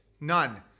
None